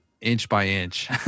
inch-by-inch